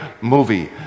movie